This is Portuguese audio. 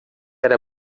era